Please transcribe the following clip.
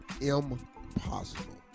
impossible